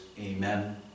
Amen